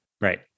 Right